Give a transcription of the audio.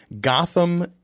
Gotham